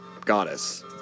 goddess